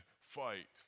fight